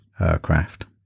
aircraft